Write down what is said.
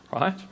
Right